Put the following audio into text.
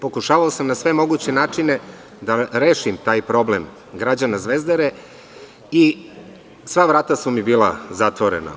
Pokušavao sam na sve moguće načine da rešim taj problem građana Zvezdare i sva vrata su mi bila zatvorena.